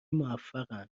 موفقن